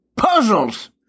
Puzzles